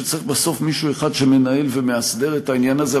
אבל יש שחקן אחד משום שבסוף צריך מישהו אחד שמנהל ומאסדר את העניין הזה.